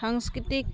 সাংস্কৃতিক